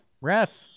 Ref